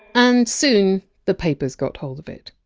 and soon the papers got hold of it.